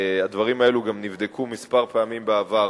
הדברים האלו גם נבדקו פעמים מספר בעבר,